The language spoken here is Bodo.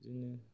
बिदिनो